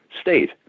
state